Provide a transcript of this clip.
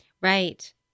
Right